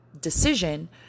decision